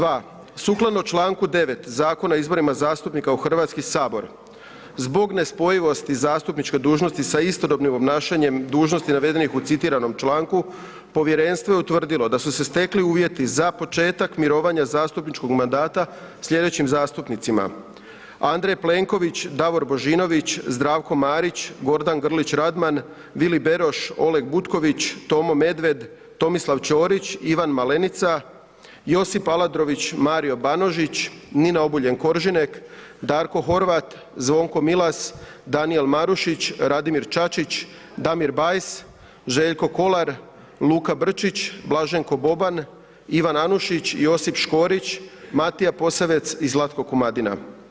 2. Sukladno čl. 9. Zakona o izborima zastupnika u Hrvatski sabor zbog nespojivosti zastupničke dužnosti sa istodobnim obnašanjem dužnosti navedenih u citiranom članku povjerenstvo je utvrdilo da su se stekli uvjeti za početak mirovina zastupničkog mandata sljedećim zastupnicima: Andrej Plenković, Davor Božinović, Zdravko Marić, Goran Grlić Radman, Vili Beroš, Oleg Butković, Tomo Medved, Tomislav Ćorić, Ivan Malenica, Josip Aladrović, Mario Banožić, Nina Obuljen Koržinek, Darko Horvat, Zvonko Milas, Danijel Marušić, Radimir Čačić, Damir Bajs, Željko Kolar, Luka Brčić, Blaženko Boban, Ivan Anušić, Josip Škorić, Matija Posavec i Zlatko Komadina.